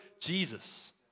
Jesus